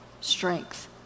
strength